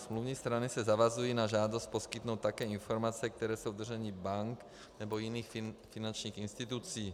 Smluvní strany se zavazují na žádost poskytnout také informace, které jsou v držení bank nebo jiných finančních institucí.